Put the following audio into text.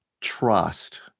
trust